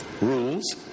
rules